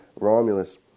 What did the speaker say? Romulus